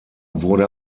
wurde